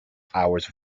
hours